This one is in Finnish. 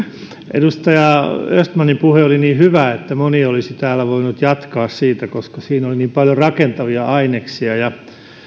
edustaja östmanin puhe oli niin hyvä että moni olisi täällä voinut jatkaa siitä koska siinä oli niin paljon rakentavia aineksia